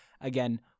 Again